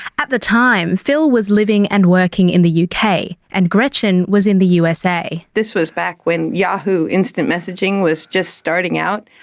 at the time, phil was living and working in the yeah uk, and gretchen was in the usa. this was back when yahoo instant messaging was just starting out,